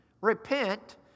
Repent